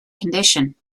condition